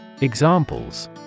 Examples